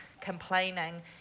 complaining